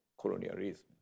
colonialism